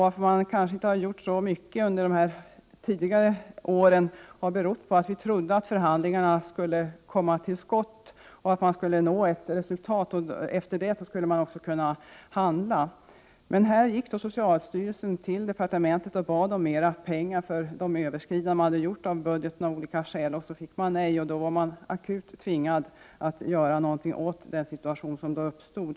Att man inte har gjort så mycket under de tidigare åren har kanske berott på att man trodde att förhandlingarna skulle komma till skott och att man skulle nå ett resultat. Efter det skulle man också kunna handla. Socialstyrelsen gick till departementet och bad om mera pengar för de budgetöverskridanden man hade gjort av olika skäl, men fick nej. Då var man akut tvingad att göra någonting åt den situation som därmed uppstod.